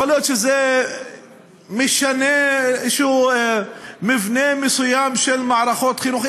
יכול להיות שזה משנה איזשהו מבנה מסוים של מערכות חינוך,